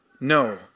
No